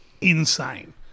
insane